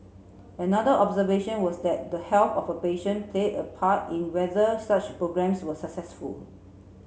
another observation was that the health of a patient played a part in whether such programmes were successful